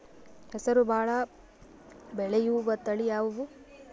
ಹೆಸರು ಭಾಳ ಬೆಳೆಯುವತಳಿ ಯಾವದು?